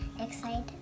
excited